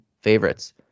favorites